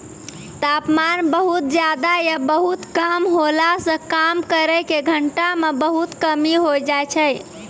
तापमान बहुत ज्यादा या बहुत कम होला सॅ काम करै के घंटा म बहुत कमी होय जाय छै